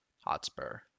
Hotspur